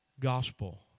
Gospel